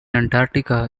antarctica